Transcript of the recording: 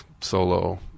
solo